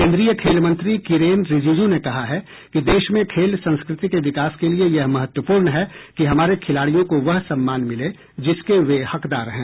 केन्द्रीय खेल मंत्री कीरेन रीजीजू ने कहा है कि देश में खेल संस्कृति के विकास के लिये यह महत्वपूर्ण है कि हमारे खिलाड़ियों को वह सम्मान मिले जिसके वे हकदार हैं